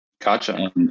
Gotcha